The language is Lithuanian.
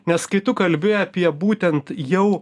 nes kai tu kalbi apie būtent jau